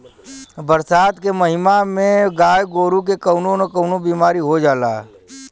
बरसात के महिना में गाय गोरु के कउनो न कउनो बिमारी हो जाला